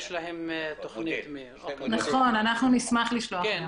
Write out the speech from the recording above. אנחנו נשמח לשלוח.